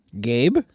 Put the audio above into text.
Gabe